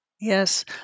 Yes